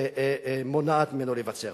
מונעת ממנו להיווצר.